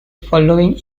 following